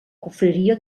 confraria